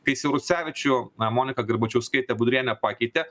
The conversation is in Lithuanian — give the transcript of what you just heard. kai siaurusevičių na monika garbačiauskaitė budrienė pakeitė